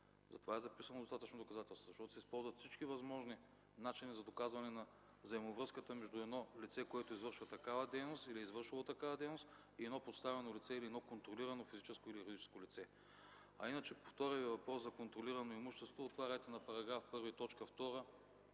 Затова е записано „достатъчно доказателства”, защото се използват всички възможни начини за доказване на взаимовръзката между едно лице, което извършва или е извършвало такава дейност и едно подставено лице или едно контролирано физическо или юридическо лице. А иначе по втория Ви въпрос за „контролирано имущество”, отворете на § 1,